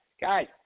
Guys